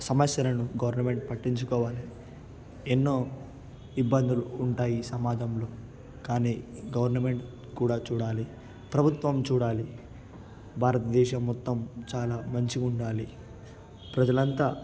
సమస్యలను గవర్నమెంట్ పట్టించుకోవాలి ఎన్నో ఇబ్బందులు ఉంటాయి సమాజంలో కానీ గవర్నమెంట్ కూడా చూడాలి ప్రభుత్వం చూడాలి భారతదేశం మొత్తం చాలా మంచిగా ఉండాలి ప్రజలంతా